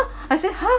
I said !huh!